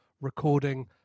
recording